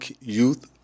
youth